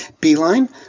Beeline